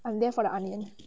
I'm there for the onion